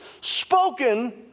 spoken